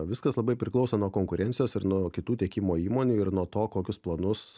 viskas labai priklauso nuo konkurencijos ir nuo kitų tiekimo įmonių ir nuo to kokius planus